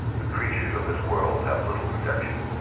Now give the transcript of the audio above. the creatures of this world have little protection.